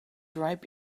ripe